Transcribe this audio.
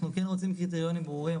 אנחנו כן רוצים קריטריונים ברורים,